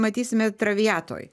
matysime traviatoj